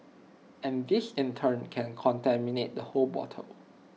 and this in turn can contaminate the whole bottle